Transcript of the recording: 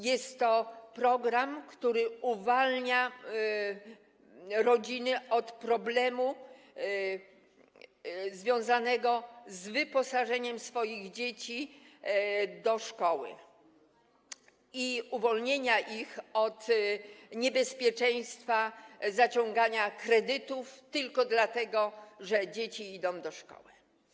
Jest to program, który uwalnia rodziny od problemu związanego z wyposażeniem swoich dzieci do szkoły i uwalnia od niebezpieczeństwa zaciągania kredytów tylko dlatego, że dzieci idą do szkoły.